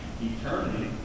eternity